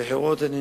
הבחירות,